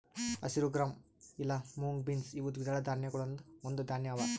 ಹಸಿರು ಗ್ರಾಂ ಇಲಾ mung beans ಇವು ದ್ವಿದಳ ಧಾನ್ಯಗೊಳ್ದಾಂದ್ ಒಂದು ಧಾನ್ಯ ಅವಾ